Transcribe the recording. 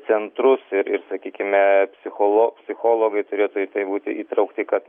centrus sakykime psicho psichologai turėtų būti įtraukti kad